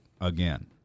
again